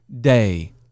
day